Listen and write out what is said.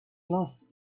loss